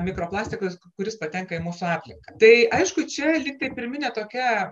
mikroplastikas kuris patenka į mūsų aplinką tai aišku čia lygtai pirminė tokia